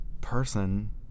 person